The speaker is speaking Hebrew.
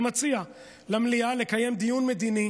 ומציע למליאה לקיים דיון מדיני